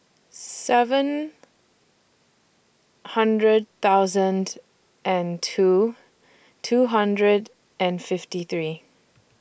seven hundred thousand and two two hundred and fifty three